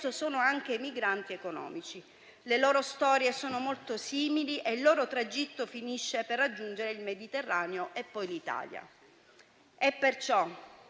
sono anche migranti economici. Le loro storie sono molto simili e il loro tragitto finisce per raggiungere il Mediterraneo e poi l'Italia.